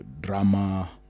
drama